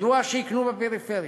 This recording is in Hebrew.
מדוע יקנו בפריפריה?